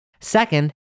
Second